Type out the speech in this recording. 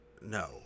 No